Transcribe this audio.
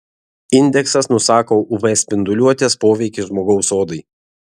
indeksas nusako uv spinduliuotės poveikį žmogaus odai